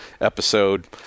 episode